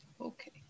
Okay